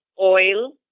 oil